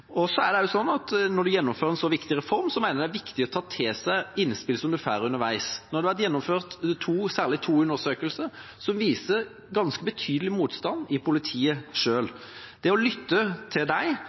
når en gjennomfører en så viktig reform, mener jeg også det er viktig å ta til seg innspill som en får underveis. Nå har det vært gjennomført særlig to undersøkelser som viser ganske betydelig motstand i politiet